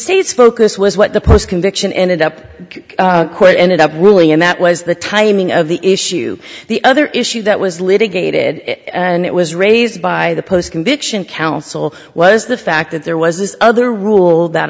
state's focus was what the post conviction ended up ended up ruling and that was the timing of the issue the other issue that was litigated and it was raised by the post conviction counsel was the fact that there was this other rule that